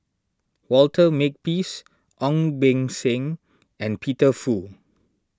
Walter Makepeace Ong Beng Seng and Peter Fu